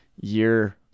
year